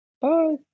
Bye